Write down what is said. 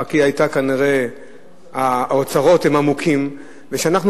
רק שהאוצרות הם עמוקים ושאנחנו